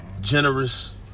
generous